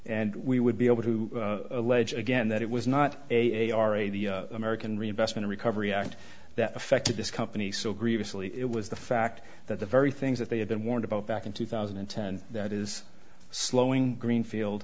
and we would be able to allege again that it was not a a r a the american reinvestment recovery act that affected this company so grievously it was the fact that the very things that they had been warned about back in two thousand and ten that is slowing greenfield